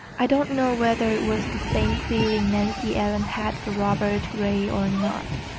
i don't know whether it was the same feeling nancy ellen had for robert gray or not,